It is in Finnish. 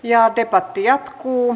ja debatti jatkuu